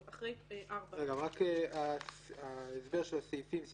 אסביר את הסעיפים שהוזכרו.